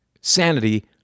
Sanity